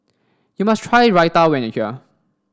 you must try Raita when you are here